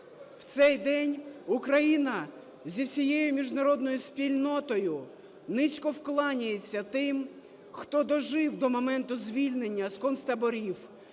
В цей день Україна зі всією міжнародною спільнотою низько вклоняється тим, хто дожив до моменту звільнення з концтаборів,